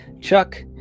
Chuck